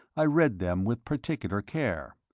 i read them with particular care.